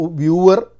viewer